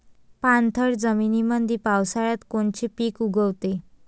पाणथळ जमीनीमंदी पावसाळ्यात कोनचे पिक उगवते?